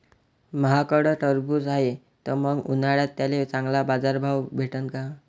माह्याकडं टरबूज हाये त मंग उन्हाळ्यात त्याले चांगला बाजार भाव भेटन का?